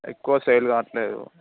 ఎక్కువ సేల్ కావట్లేదు